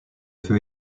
feu